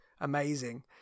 amazing